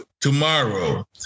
tomorrow